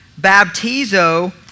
baptizo